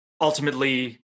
ultimately